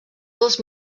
dels